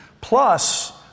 plus